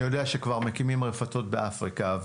אני יודע שכבר מקימים רפתות באפריקה,